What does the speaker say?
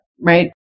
right